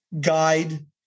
guide